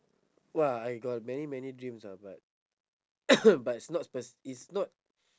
!wah! I got many many dreams ah but but it's not sp~ it's not